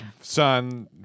son